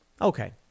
Okay